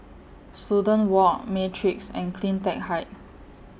Student Walk Matrix and CleanTech Height